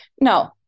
no